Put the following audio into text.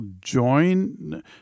join